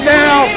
now